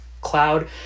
cloud